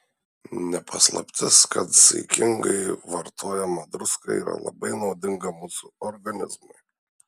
ne paslaptis kad saikingai vartojama druska yra labai naudinga mūsų organizmui